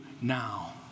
now